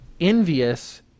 envious